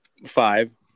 Five